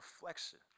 reflection